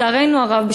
לצערנו הרב,